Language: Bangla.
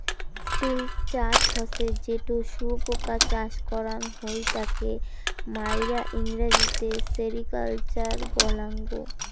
সিল্ক চাষ হসে যেটো শুয়োপোকা চাষ করাং হই তাকে মাইরা ইংরেজিতে সেরিকালচার বলাঙ্গ